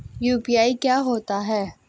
UPI क्या होता है?